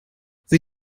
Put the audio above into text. sie